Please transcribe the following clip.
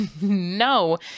No